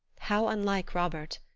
how unlike robert!